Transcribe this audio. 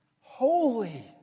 holy